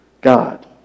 God